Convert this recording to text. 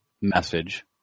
message